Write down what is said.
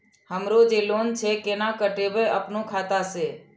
हमरो जे लोन छे केना कटेबे अपनो खाता से?